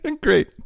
Great